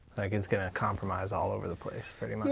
like it's going to compromise all over the place pretty much.